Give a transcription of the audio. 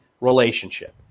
relationship